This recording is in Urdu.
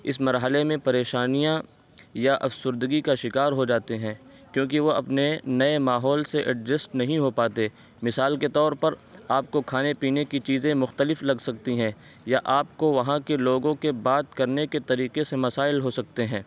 اس مرحلے میں پریشانیاں یا افسردگی کا شکار ہو جاتے ہیں کیونکہ وہ اپنے نئے ماحول سے ایڈجسٹ نہیں ہو پاتے مثال کے طور پر آپ کو کھانے پینے کی چیزیں مختلف لگ سکتی ہیں یا آپ کو وہاں کے لوگوں کے بات کرنے کے طریقے سے مسائل ہو سکتے ہیں